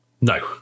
No